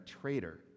traitor